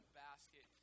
basket